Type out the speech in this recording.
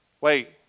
Wait